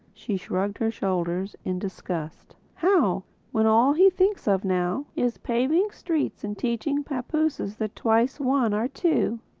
she shrugged her shoulders in disgust how when all he thinks of now is paving streets and teaching papooses that twice one are two!